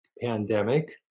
pandemic